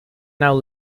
now